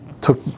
took